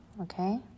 okay